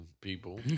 people